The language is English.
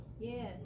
Yes